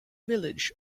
village